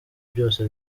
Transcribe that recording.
byose